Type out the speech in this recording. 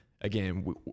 again